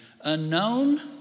unknown